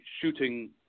shooting